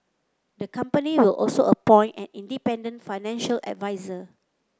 the company will also appoint an independent financial adviser